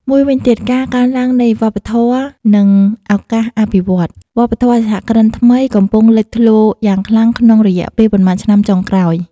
មួយវិញទៀតការកើនឡើងនៃវប្បធម៌ និងឱកាសអភិវឌ្ឍ វប្បធម៌សហគ្រិនថ្មីកំពុងលេចធ្លោយ៉ាងខ្លាំងក្នុងរយៈពេលប៉ុន្មានឆ្នាំចុងក្រោយ។